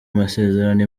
masezerano